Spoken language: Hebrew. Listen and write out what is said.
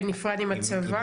בנפרד עם הצבא?